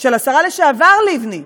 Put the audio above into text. של השרה לשעבר לבני,